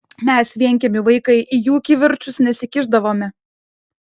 mes vienkiemių vaikai į jų kivirčus nesikišdavome